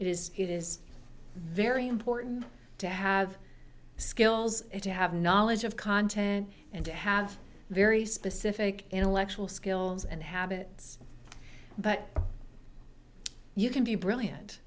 it is it is very important to have skills to have knowledge of content and to have very specific intellectual skills and habit but you can be brilliant